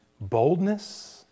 boldness